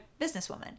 businesswoman